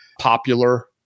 popular